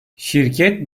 şirket